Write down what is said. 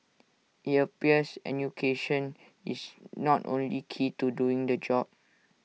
IT appears enunciation is not only key to doing the job